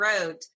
wrote